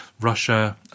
Russia